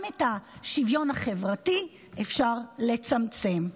גם את המשרד לשוויון החברתי אפשר לצמצם.